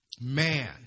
Man